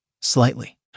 slightly